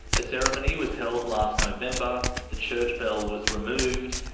a ceremony was held last november, the church bell was removed,